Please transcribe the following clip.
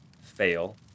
fail